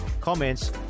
comments